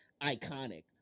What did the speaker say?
Iconic